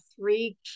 three